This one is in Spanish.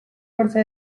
fuerza